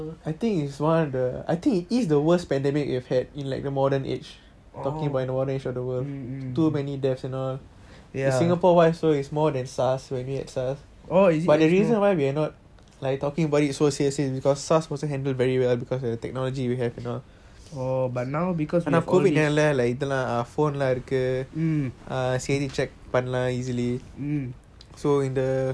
oh ya mm is it but now because we have all these mm mm